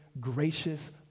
gracious